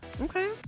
Okay